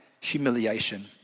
humiliation